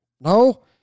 No